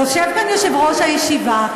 יושב כאן יושב-ראש הישיבה,